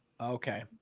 Okay